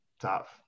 tough